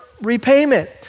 repayment